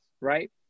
right